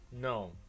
No